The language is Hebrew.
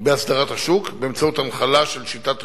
בהסדרת השוק באמצעות הנחלה של שיטת רישוי,